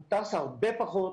הוא טס הרבה פחות,